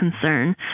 concern